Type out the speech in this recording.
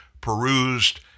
perused